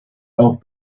auch